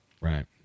Right